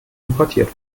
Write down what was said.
importiert